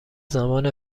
زمان